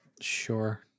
sure